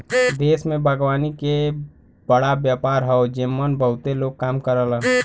देश में बागवानी के बड़ा व्यापार हौ जेमन बहुते लोग काम करलन